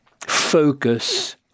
focus